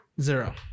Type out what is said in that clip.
zero